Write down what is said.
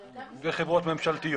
אבל גם משרדי ממשלה --- וחברות ממשלתיות.